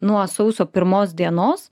nuo sausio pirmos dienos